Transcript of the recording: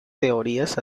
teorías